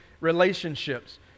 Relationships